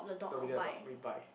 no we didn't adopt we buy